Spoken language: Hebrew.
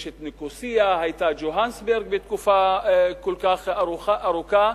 יש ניקוסיה, היתה יוהנסבורג תקופה כל כך ארוכה.